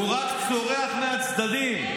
הוא רק צורח מהצדדים.